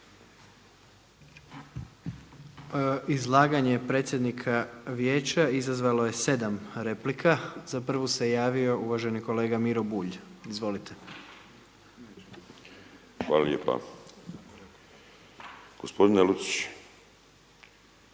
Izlaganje predsjednika Vijeća izazvalo je 7 replika. Za prvu se javio uvaženi kolega Miro Bulj. Izvolite. **Bulj, Miro